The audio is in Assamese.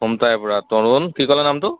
খুমটাই পৰা তৰুণ কি ক'লা নামটো